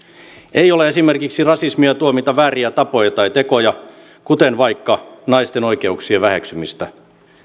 ei ole esimerkiksi rasismia tuomita vääriä tapoja tai tekoja kuten vaikka naisten oikeuksien väheksymistä